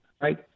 right